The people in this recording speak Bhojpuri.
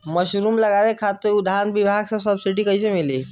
मशरूम लगावे खातिर उद्यान विभाग से सब्सिडी कैसे मिली?